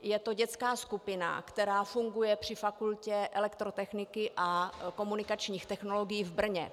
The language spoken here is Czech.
Je to dětská skupina, která funguje při Fakultě elektrotechniky a komunikačních technologií v Brně.